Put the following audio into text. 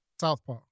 Southpaw